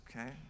Okay